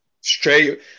Straight